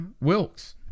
Wilkes